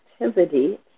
activity